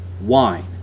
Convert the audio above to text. wine